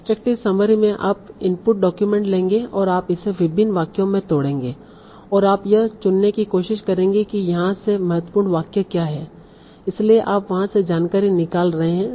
extractive summary में आप input document लेंगे और आप इसे विभिन्न वाक्यों में तोड़ेंगे और आप यह चुनने की कोशिश करेंगे कि यहाँ से महत्वपूर्ण वाक्य क्या हैं इसलिए आप वहाँ से जानकारी निकाल रहे हैं